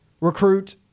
recruit